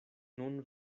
nun